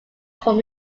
from